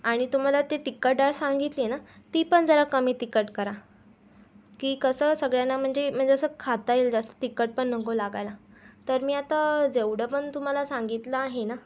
आणि तुम्हाला ती तिखट डाळ सांगितली आहे ना ती पण जरा कमी तिखट करा की कसं सगळ्यांना म्हणजे म्हणजे असं खाता येईल जास्त तिखट पण नको लागायला तर मी आता जेवढं पण तुम्हाला सांगितलं आहे ना